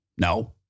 no